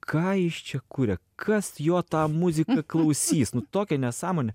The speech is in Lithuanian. ką jis čia kuria kas jo tą muziką klausys nu tokia nesąmonė